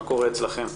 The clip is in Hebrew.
מה קורה אצלכם?